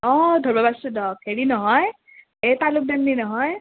অঁ ধৰ্বা পাৰ্ছোঁ দক হেৰি নহয় এ তালুকদাৰনী নহয়